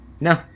No